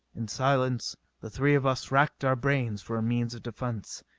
in silence the three of us racked our brains for a means of defence.